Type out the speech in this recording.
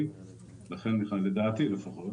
מה ההערה הבאה?